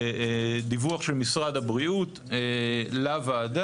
דיווח של משרד הבריאות לוועדה,